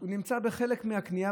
הוא נמצא בחלק מהקנייה.